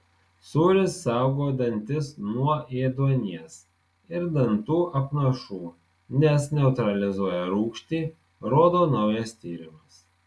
sūris saugo dantis nuo ėduonies ir dantų apnašų nes neutralizuoja rūgštį rodo naujas tyrimas